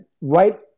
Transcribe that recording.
right